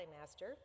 master